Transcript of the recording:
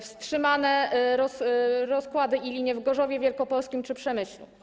Wstrzymano rozkłady i linie w Gorzowie Wielkopolskim czy Przemyślu.